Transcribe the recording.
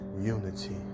unity